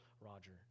Roger